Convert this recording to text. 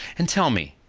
and tell me,